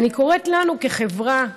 ואני קוראת לנו, כחברה,